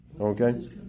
Okay